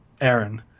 Aaron